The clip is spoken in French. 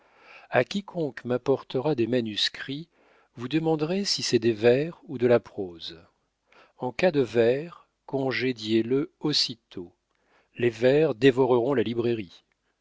a quiconque m'apportera des manuscrits vous demanderez si c'est des vers ou de la prose en cas de vers congédiez le aussitôt les vers dévoreront la librairie